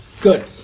Good